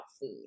food